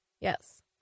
Yes